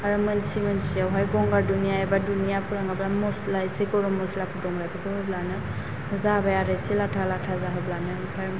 आरो मोनसि मोनसियावहाय गंगार दुनिया एबा दुनियाफोर नङाबा मस्ला एसे गरम मस्लाफोर दंब्ला बेफोरखौ होबानो जाबाय आरो एसे लाथा लाथा जाहोब्लानो ओमफ्राय